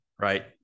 right